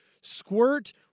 squirt